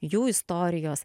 jų istorijos